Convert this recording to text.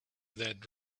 that